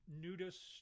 nudist